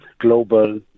global